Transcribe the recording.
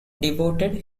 devoted